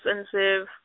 expensive